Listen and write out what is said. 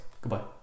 Goodbye